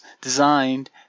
designed